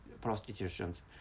prostitutions